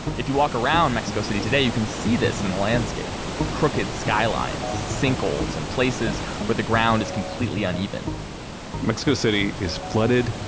if you walk around mexico city today, you can see this in the landscape. crooked skylines, sinkholes, and places where the ground is completely uneven mexico city is flooded,